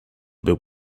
był